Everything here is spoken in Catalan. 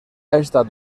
estat